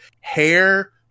hair